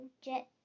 jet